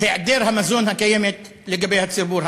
היעדר-המזון הקיימת לגבי הציבור הערבי.